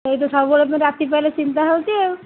ସେଇ ତ ସବୁବେଳେ ମୁଁ ରାତି ପାହିଲେ ଚିନ୍ତା ହେଉଛି ଆଉ